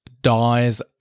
dies